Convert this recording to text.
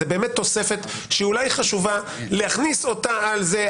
זאת באמת תוספת שאולי היא חשובה אבל להכניס אותה על זה,